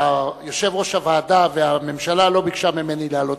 יושב-ראש הוועדה והממשלה לא ביקשו ממני להעלות